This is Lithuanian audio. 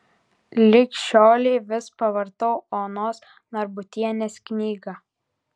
lig šiolei vis pavartau onos narbutienės knygą